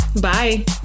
Bye